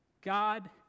God